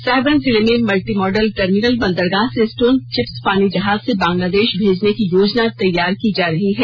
साहेबगंज जिले में multimodal terminal बंदरगाह से स्टोन चिप्स पानी जहाज से बांग्लादेश भेजने की योजना तैयार की जा रही है